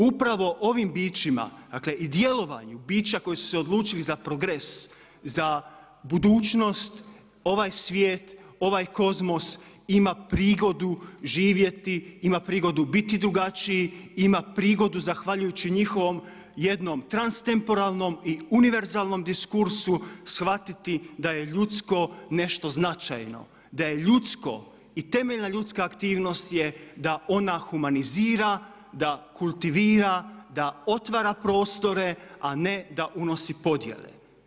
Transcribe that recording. Upravo ovim bićima, dakle i djelovanju bića koji su se odlučili za progres, za budućnost ovaj svijet, ovaj kozmos ima prigodu živjeti, ima prigodu biti drugačiji, ima prigodu zahvaljujući njihovom jednom transtemoporalnom i univerzalnom diskursu shvatiti da je ljudsko nešto značajno, da je ljudsko i temeljna ljudska aktivnost je da ona humanizira, da kultivira, da otvara prostore a ne da unosi podjele.